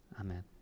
Amen